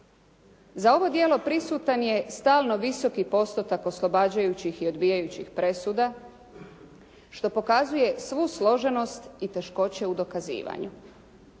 Za ovo djelo prisutan je stalno visoki postotak oslobađajućih i odbijajućih presuda što pokazuje svu složenost i teškoće u dokazivanju.